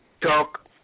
talk